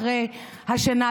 אחרי השינה,